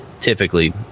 typically